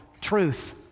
truth